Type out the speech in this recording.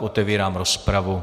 Otevírám rozpravu.